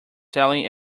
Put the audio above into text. sailing